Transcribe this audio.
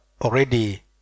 already